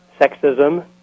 sexism